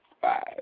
five